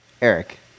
Eric